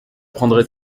prendrez